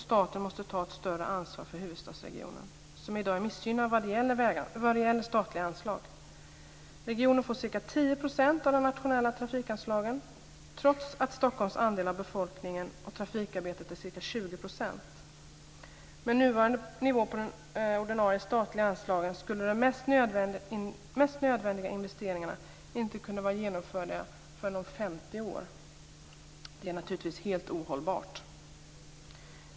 Staten måste ta ett större ansvar för huvudstadsregionen som i dag är missgynnad vad gäller statliga anslag. Regionen får ca 10 % av de nationella trafikanslagen trots att Stockholms andel av befolkningen och trafikarbetet är ca 20 %. Med nuvarande nivå på de ordinarie statliga anslagen skulle de mest nödvändiga investeringarna inte kunna vara genomförda förrän om 50 år. Det är naturligtvis helt ohållbart.